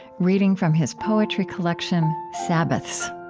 reading from his poetry collection sabbaths